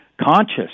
conscious